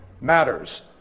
matters